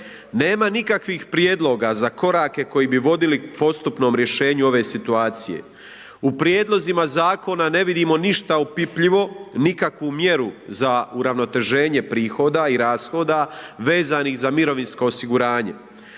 Nema nikakvih prijedloga za korake koji bi vodili postupnom rješenju ove situacije, u prijedlozima ne vidimo ništa opipljivo nikakvu mjeru za uravnoteženje prihoda i rashoda vezanih za mirovinsko osiguranje.